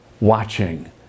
watching